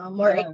more